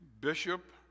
bishop